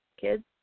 kids